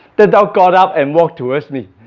the dog got up and walked towards me.